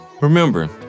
remember